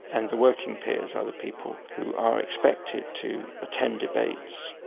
and the working peers are the people who are expected to attend debates,